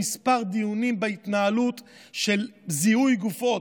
כמה דיונים על ההתנהלות בזיהוי גופות.